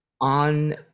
on